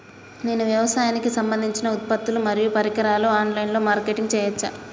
నేను వ్యవసాయానికి సంబంధించిన ఉత్పత్తులు మరియు పరికరాలు ఆన్ లైన్ మార్కెటింగ్ చేయచ్చా?